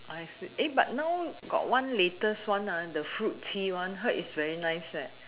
I see eh but now got one latest one ah the fruit tea one heard is very nice eh